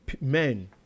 men